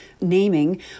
naming